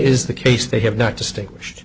is the case they have not distinguished